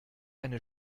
eine